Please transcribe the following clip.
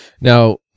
Now